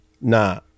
nah